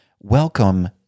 Welcome